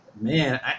man